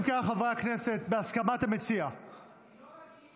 אם כך, חברי הכנסת, בהסכמת המציע, בוודאי.